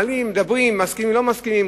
מעלים, מדברים, מסכימים או לא מסכימים.